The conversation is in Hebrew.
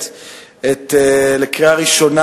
תודה רבה.